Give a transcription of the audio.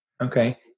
Okay